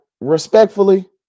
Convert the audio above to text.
Respectfully